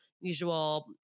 usual